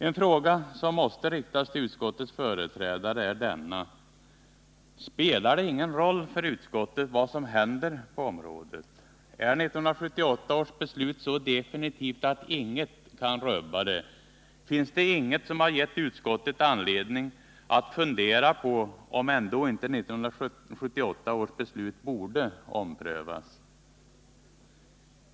En fråga som måste riktas till utskottets företrädare är denna: Spelar det ingen roll för utskottet vad som händer på området? Är 1978 års beslut så definitivt att ingenting kan rubba det? Finns det ingenting som har gett utskottets ledamöter anledning att fundera på om 1978 års beslut ändå inte borde omprövas?